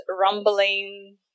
rumbling